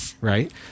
right